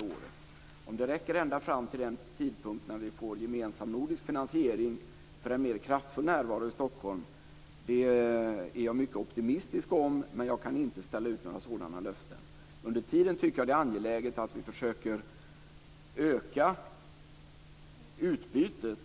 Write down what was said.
Jag är mycket optimistisk när det gäller frågan om det räcker ända fram till den tidpunkt när vi får gemensam nordisk finansiering för en mer kraftfull närvaro i Stockholm, men jag kan inte ställa ut några sådana löften. Under tiden tycker jag att det är angeläget att vi försöker öka utbytet